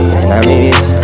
enemies